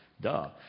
duh